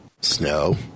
Snow